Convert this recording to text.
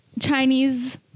Chinese